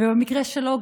במקרה שלו,